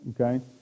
okay